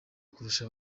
kurusha